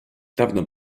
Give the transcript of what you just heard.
dawno